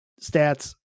stats